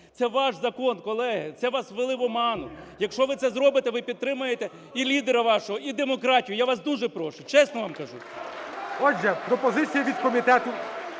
Це ваш закон, колеги, це вас ввели в оману, якщо ви це зробите, ви підтримаєте і лідера вашого, і демократію. Я вас дуже прошу, чесно вам кажу. ГОЛОВУЮЧИЙ. Отже, пропозиція від комітету,